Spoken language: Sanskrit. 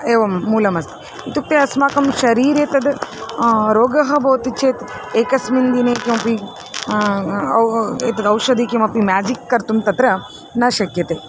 एवं मूलमस्ति इत्युक्ते अस्माकं शरीरे तद् रोगः भवति चेत् एकस्मिन् दिने किमपि औ एतद् ओषधिः किमपि म्याजिक् कर्तुं तत्र न शक्यते